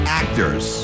actors